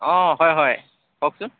অঁ হয় হয় কওকচোন